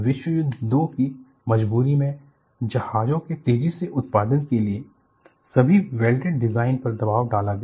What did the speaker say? विश्व युद्ध 2 की मजबूरी में जहाज़ों के तेजी से उत्पादन के लिए सभी वेल्डेड डिज़ाइन पर दबाव डाला गया